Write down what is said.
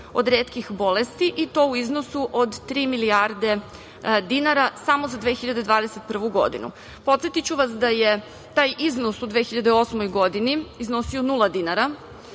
od retkih bolesti i to u iznosu od tri milijarde dinara samo za 2021. godinu. Podsetiću vas da je taj iznos u 2008. godini iznosio nula dinara,